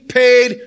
paid